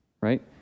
right